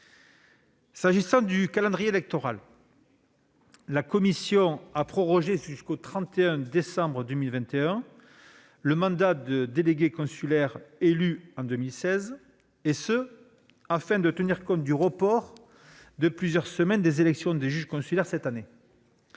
S'agissant du calendrier électoral, la commission a prorogé jusqu'au 31 décembre 2021 le mandat des délégués consulaires élus en 2016, afin de tenir compte du report de plusieurs semaines des élections des juges consulaires cette année.